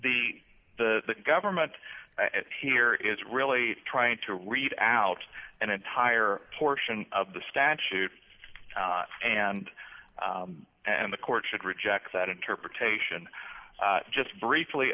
the the government here is really trying to read out an entire portion of the statute and and the court should reject that interpretation just briefly